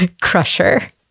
crusher